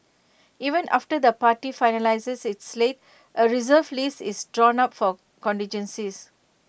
even after the party finalises its slate A Reserve List is drawn up for contingencies